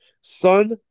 Sun